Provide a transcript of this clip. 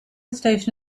station